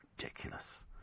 Ridiculous